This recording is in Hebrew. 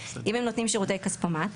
אם הם נותנים שירותי כספומט,